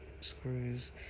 screws